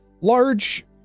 large